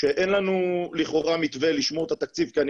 שאין לנו לכאורה מתווה לשמור את התקציב כי אני